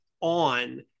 on